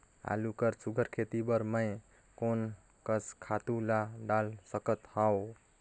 आलू कर सुघ्घर खेती बर मैं कोन कस खातु ला डाल सकत हाव?